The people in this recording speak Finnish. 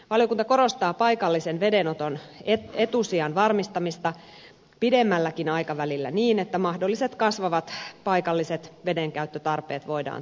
valiokunta korostaa paikallisen veden oton etusijan varmistamista pidemmälläkin aikavälillä niin että mahdolliset kasvavat paikalliset vedenkäyttötarpeet voidaan tyydyttää